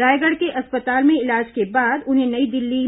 रायगढ़ के अस्पताल में इलाज के बाद उन्हें नई दिल्ली